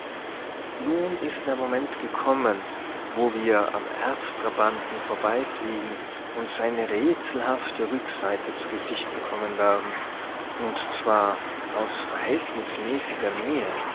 nun ist der moment gekommen wo wir am erdtrabanten vorbeifliegen und seine rätselhafte rückseite zu gesicht bekommen werden und zwar aus verhältnismäßiger nähe